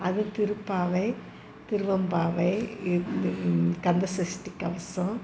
அதுவும் திருப்பாவை திருவெம்பாவை இந்த இந்த கந்தசஷ்டி கவசம்